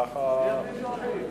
למה לא מודיעים על זה?